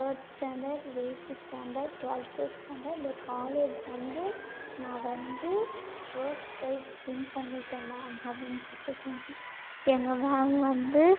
third standard eighth standard twelfth standard இதோ college வந்து நான் வந்து ஃபஸ்ட் ப்ரைஸ் வின் பண்ணிவிட்டேன் மேம் அப்படின்னு சொல்லிட்டு சொன்னேன் எங்கள் மேம் வந்து